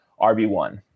RB1